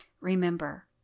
Remember